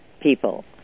people